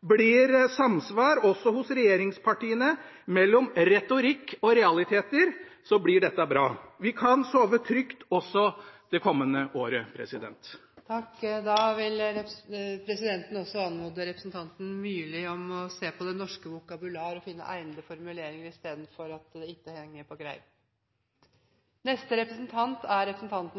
blir samsvar hos regjeringspartiene mellom retorikk og realiteter, blir dette bra. Vi kan sove trygt også det kommende året. Presidenten vil anmode representanten Myrli om å se på det norske vokabular og finne egnede formuleringer i stedet for uttrykket «henger jo ikke på